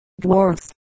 dwarfs